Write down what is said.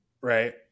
right